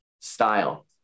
style